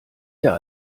der